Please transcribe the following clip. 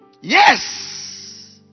yes